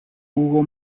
hugo